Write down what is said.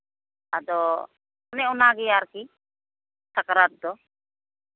ᱟᱫᱚ ᱚᱱᱮ ᱚᱱᱟᱜᱮ ᱟᱨᱠᱤ ᱥᱟᱠᱨᱟᱛ ᱫᱚ